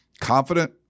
confident